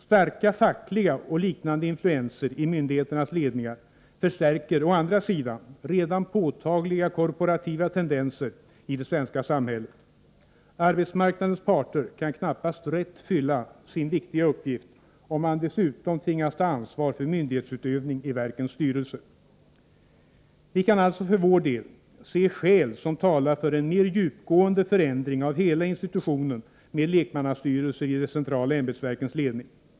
Starka fackliga och liknande influenser i myndigheternas ledningar förstärker å andra sidan redan påtagliga korporativa tendenser i det svenska samhället. Arbetsmarknadens parter kan knappast rätt fylla sin viktiga uppgift, om de dessutom tvingas ta ansvar för myndighetsutövning i verkens styrelser. Vi kan alltså för vår del se skäl som talar för en mera djupgående ämbetsverkens ledning.